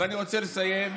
אני רוצה לסיים.